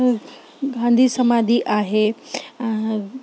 गांधी समाधी आहे